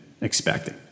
expecting